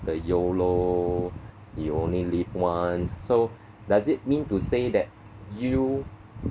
the YOLO you only live once so does it mean to say that you